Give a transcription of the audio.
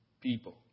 people